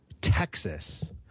texas